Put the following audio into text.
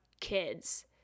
kids